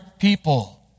people